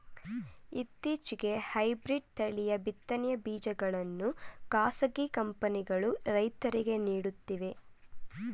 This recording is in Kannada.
ಇತ್ತೀಚೆಗೆ ಹೈಬ್ರಿಡ್ ತಳಿಯ ಬಿತ್ತನೆ ಬೀಜಗಳನ್ನು ಖಾಸಗಿ ಕಂಪನಿಗಳು ರೈತರಿಗೆ ನೀಡುತ್ತಿವೆ